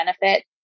benefit